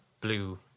blue